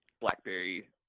blackberry